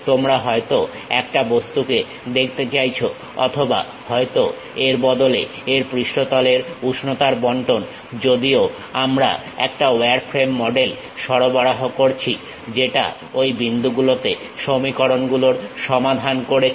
তোমরা হয়তো একটা বস্তুকে দেখতে চাইছ অথবা হয়তো এর বদলে এর পৃষ্ঠতলের উষ্ণতার বন্টন যদিও আমরা একটা ওয়ারফ্রেম মডেল সরবরাহ করেছি যেটা ঐ বিন্দুগুলোতে সমীকরণগুলোর সমাধান করেছে